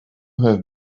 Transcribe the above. have